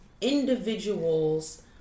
individuals